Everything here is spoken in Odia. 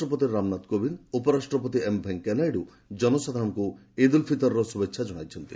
ରାଷ୍ଟ୍ରପତି ରାମନାଥ କୋବିନ୍ଦ ଉପରାଷ୍ଟ୍ରପତି ଏମ୍ ଭେଙ୍କୟା ନାଇଡ଼ୁ ଜନସାଧାରଣଙ୍କୁ ଇଦ୍ ଉଲ୍ ଫିତରର ଶୁଭଚ୍ଛା ଜଣାଇଛନ୍ତି